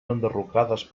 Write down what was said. enderrocades